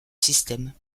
système